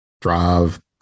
drive